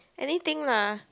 anything lah